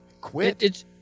quit